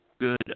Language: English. good